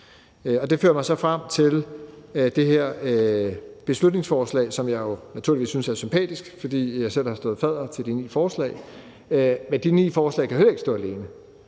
Det fører mig så frem til det her beslutningsforslag, som jeg jo naturligvis synes er sympatisk, fordi jeg selv har stået fadder til de ni forslag, men de ni forslag kan jo heller ikke stå alene.